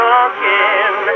again